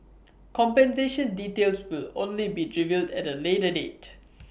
compensation details will only be revealed at A later date